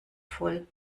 voll